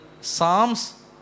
psalms